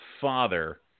father